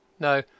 No